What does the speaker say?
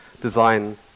design